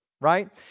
right